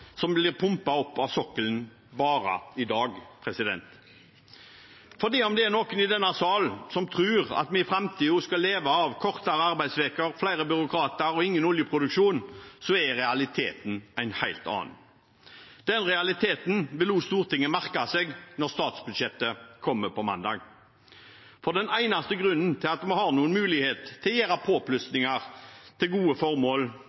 som blir pumpet opp av sokkelen bare i dag. Selv om det er noen i denne salen som tror at vi i framtiden skal leve av kortere arbeidsuke, flere byråkrater og ingen oljeproduksjon, er realiteten en helt annen. Den realiteten vil også Stortinget merke seg når statsbudsjettet kommer på mandag, for grunnen til at vi har mulighet til å gjøre påplussinger til gode formål